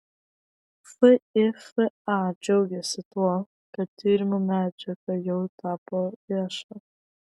fifa džiaugiasi tuo kad tyrimo medžiaga jau tapo vieša